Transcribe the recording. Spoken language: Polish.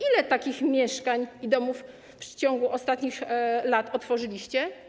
Ile takich mieszkań i domów w ciągu ostatnich lat otworzyliście?